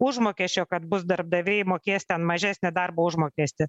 užmokesčio kad bus darbdaviai mokės ten mažesnį darbo užmokestį